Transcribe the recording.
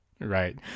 Right